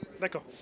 D'accord